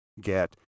get